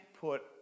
put